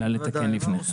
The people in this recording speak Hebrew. אלא לתקן לפני כן.